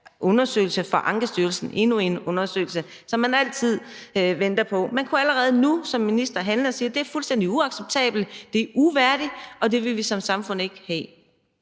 undersøgelse fra Ankestyrelsen – endnu en undersøgelse, som man altid venter på. Man kunne allerede nu som minister handle og sige, at det er fuldstændig uacceptabelt og uværdigt, og at det vil vi som samfund ikke have.